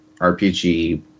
RPG